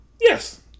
Yes